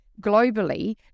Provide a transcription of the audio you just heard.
globally